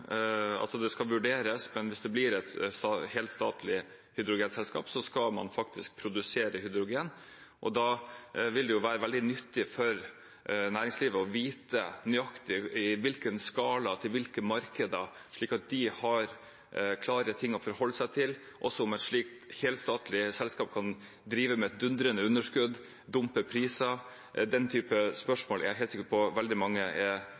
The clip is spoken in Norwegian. vurderes, men at hvis det blir et helstatlig hydrogenselskap, da skal man faktisk produsere hydrogen. Da vil det være veldig nyttig for næringslivet å vite nøyaktig i hvilken skala og til hvilke markeder, slik at de har klare ting å forholde seg til, også om et slikt helstatlig selskap kan drive med et dundrende underskudd og dumpe priser. Den typen spørsmål er jeg helt sikker på at veldig mange er